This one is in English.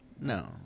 No